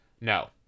no